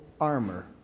armor